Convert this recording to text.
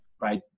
right